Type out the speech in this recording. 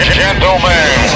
gentlemen